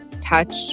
touch